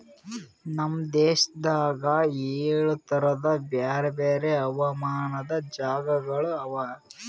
ನಮ್ ದೇಶದಾಗ್ ಏಳು ತರದ್ ಬ್ಯಾರೆ ಬ್ಯಾರೆ ಹವಾಮಾನದ್ ಜಾಗಗೊಳ್ ಅವಾ